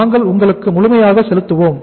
நாங்கள் உங்களுக்கு முழுமையாக செலுத்துவோம்